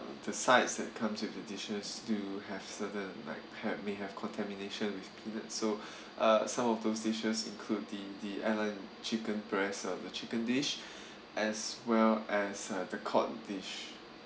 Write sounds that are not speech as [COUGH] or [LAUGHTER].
the sites that comes with the dishes do have certain like have may have contamination with peanut so [BREATH] uh some of those dishes include the the airline chicken breast or the chicken dish as well as uh the cod dish